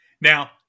Now